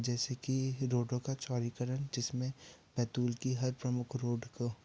जैसे कि रोडों का चौड़ीकरण जिसमें बैतूल की हर प्रमुख रोड को